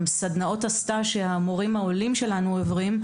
גם סדנאות הסטאז' שהמורים העולים שלנו עוברים,